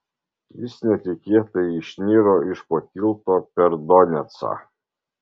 jis netikėtai išniro iš po tilto per donecą